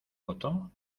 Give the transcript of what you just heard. foto